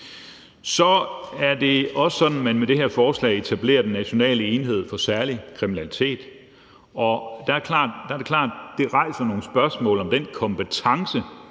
Så er det også sådan, at man med det her forslag etablerer National enhed for Særlig Kriminalitet. Det er klart, at det rejser nogle spørgsmål om den kompetence,